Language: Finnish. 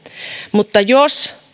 mutta jos